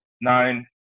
nine